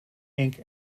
ink